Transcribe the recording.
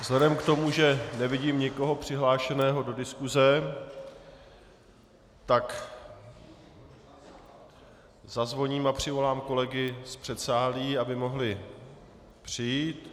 Vzhledem k tomu, že nevidím nikoho přihlášeného do diskuse, tak zazvoním a přivolám kolegy z předsálí, aby mohli přijít.